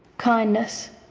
kindness.